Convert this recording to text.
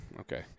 Okay